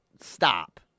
Stop